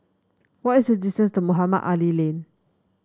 what is the distance to Mohamed Ali Lane